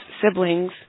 siblings